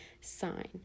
sign